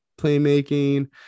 playmaking